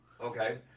okay